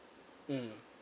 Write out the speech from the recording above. mm